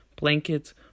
blankets